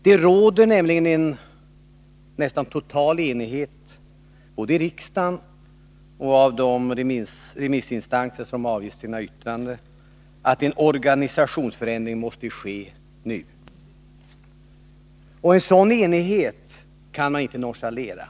Det råder nämligen en nästan total enighet — både i riksdagen och bland de remissinstanser som avgivit yttranden — om att en organisationsförändring måste ske nu. En sådan enighet kan man inte nonchalera.